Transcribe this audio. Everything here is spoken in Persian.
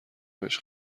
بهش